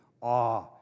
awe